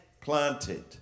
planted